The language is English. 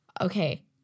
Okay